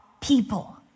people